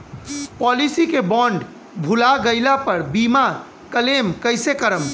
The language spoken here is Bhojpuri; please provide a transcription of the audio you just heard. पॉलिसी के बॉन्ड भुला गैला पर बीमा क्लेम कईसे करम?